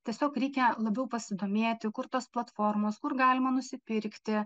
tiesiog reikia labiau pasidomėti kur tos platformos kur galima nusipirkti